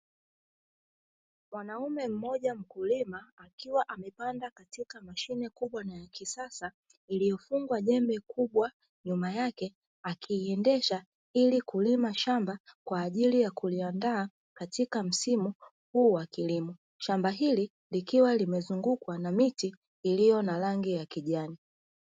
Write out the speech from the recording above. Mwanaume mmoja mkulima akiwa amepanda katika mashine kubwa na ya kisasa; iliyofungwa jembe kubwa nyuma yake, akiiendesha ili kulima shamba kwa ajili ya kuliandaa katika msimu huu wa kilimo. Shamba hili likiwa limezungukwa na miti iliyo na rangi ya kijani.